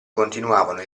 continuavano